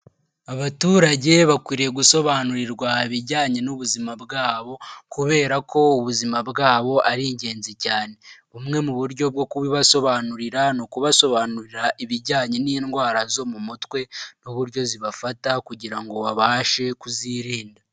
Abaturage bakwiriye gusobanurirwa ibijyanye n'ubuzima bwabo, kubera ko ubuzima bwabo ari ingenzi cyane. Bumwe mu buryo bwo kubibasobanurira ni ukubasobanurira ibijyanye n'indwara zo mu mutwe n'uburyo zibafata kugira ngo babashe kuzirinda.